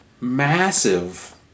massive